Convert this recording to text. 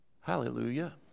Hallelujah